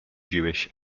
jewish